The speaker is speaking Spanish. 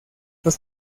los